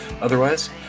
Otherwise